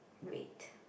wait